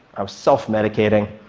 i was self-medicating,